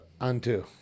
Unto